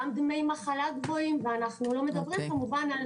גם דמי מחלה גבוהים ואנחנו עוד לא מדברים כמובן על